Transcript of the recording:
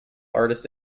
artist